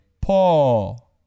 Paul